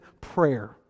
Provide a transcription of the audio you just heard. prayer